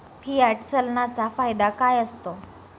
Fiat चलनाचा फायदा काय असतो?